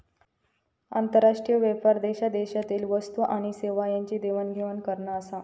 आंतरराष्ट्रीय व्यापार देशादेशातील वस्तू आणि सेवा यांची देवाण घेवाण करना आसा